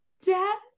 dad